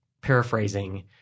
paraphrasing